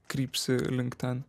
krypsi link ten